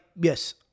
yes